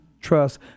trust